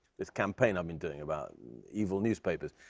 this campaign i've been doing about evil newspapers.